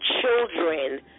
children